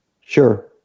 Sure